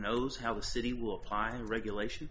knows how the city will apply and regulation